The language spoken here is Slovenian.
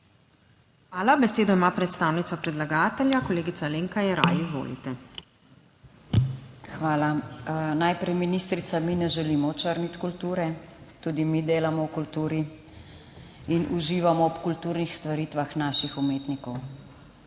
Hvala. Besedo ima predstavnica predlagatelja, kolegica Alenka Jeraj. Izvolite. **ALENKA JERAJ (PS SDS):** Hvala. Najprej ministrica, mi ne želimo očrniti kulture, tudi mi delamo v kulturi in uživamo ob kulturnih stvaritvah naših umetnikov.